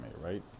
right